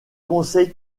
conseil